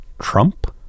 Trump